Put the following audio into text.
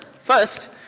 First